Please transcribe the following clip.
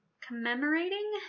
commemorating